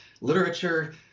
literature